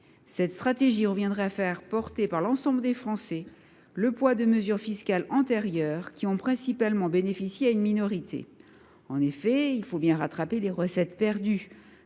cette stratégie reviendrait à faire porter sur l’ensemble des Français le poids de mesures fiscales antérieures qui ont principalement bénéficié à une minorité. En effet, il faut bien rattraper les recettes perdues